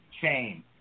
chain